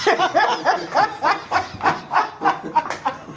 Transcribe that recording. i,